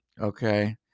okay